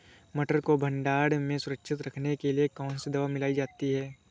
मटर को भंडारण में सुरक्षित रखने के लिए कौन सी दवा मिलाई जाती है?